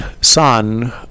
Son